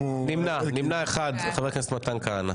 אושר, עם נמנע אחד, חבר הכנסת מתן כהנא.